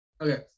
okay